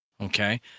okay